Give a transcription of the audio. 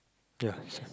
ya sia